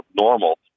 normal